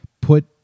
put